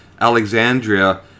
Alexandria